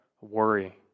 worry